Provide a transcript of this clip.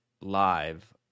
live